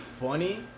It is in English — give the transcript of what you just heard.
funny